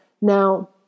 Now